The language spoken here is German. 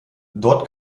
dort